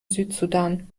südsudan